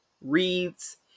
reads